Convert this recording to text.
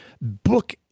book